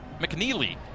McNeely